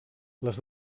les